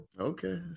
Okay